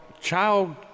child